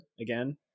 again